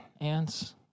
ants